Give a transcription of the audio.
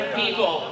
people